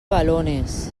balones